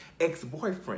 ex-boyfriend